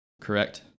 correct